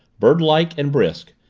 birdlike and brisk,